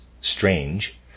strange